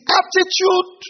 attitude